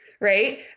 right